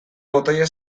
botoia